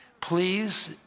Please